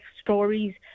stories